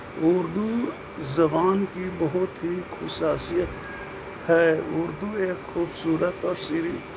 اردو زبان کی بہت ہی خصوصیت ہے اردو ایک خوبصورت اور سری